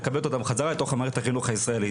היא מקבלת אותם חזרה לתוך מערכת החינוך הישראלית.